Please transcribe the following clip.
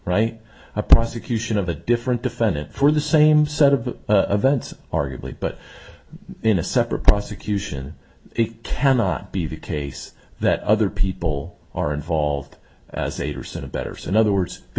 right a prosecution of a different defendant for the same set of events arguably but in a separate prosecution it cannot be the case that other people are involved as a percent better so in other words the